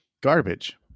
garbage